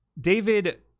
David